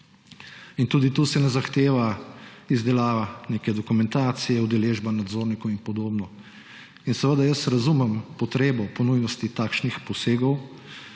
in tudi tu se ne zahteva izdelava neke dokumentacije, udeležba nadzornikov in podobno. Seveda razumem potrebo po nujnosti takšnih posegov,